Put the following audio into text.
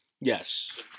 Yes